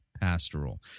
pastoral